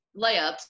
layups